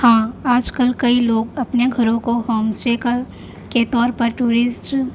ہاں آج کل کئی لوگ اپنے گھروں کو ہوم اسٹے کر کے طور پر ٹورسٹ